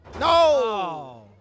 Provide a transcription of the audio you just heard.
No